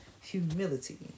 humility